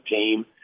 team